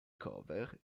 cover